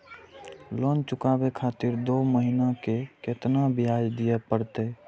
Loan चुकाबे खातिर दो महीना के केतना ब्याज दिये परतें?